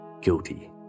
Guilty